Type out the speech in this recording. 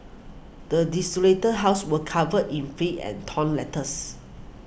the desolated house was covered in filth and torn letters